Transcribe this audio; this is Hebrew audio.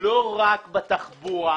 לא רק בתחבורה.